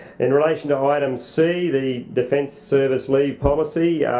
in relation to um item c, the defence services leave policy,